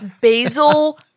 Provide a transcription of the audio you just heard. Basil